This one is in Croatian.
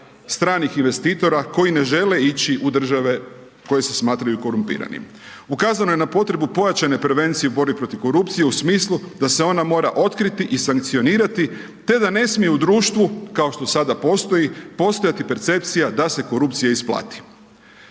stranih investitora koji ne žele ići u države koje se smatraju korumpiranim. Ukazano je na potrebu pojačane prevencije borbe protiv korupcije u smislu da se ona mora otkriti i sankcionirati te da ne smije u društvu kao što sada postoji da se korupcija isplati.